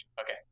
Okay